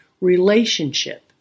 relationship